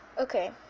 okay